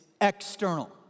external